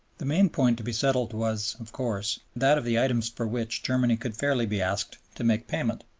the main point to be settled was, of course, that of the items for which germany could fairly be asked to make payment.